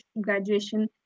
graduation